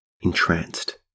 entranced